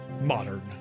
Modern